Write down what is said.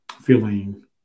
Feeling